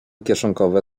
kieszonkowe